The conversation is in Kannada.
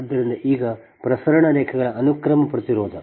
ಆದ್ದರಿಂದ ಈಗ ಪ್ರಸರಣ ರೇಖೆಗಳ ಅನುಕ್ರಮ ಪ್ರತಿರೋಧ